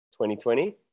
2020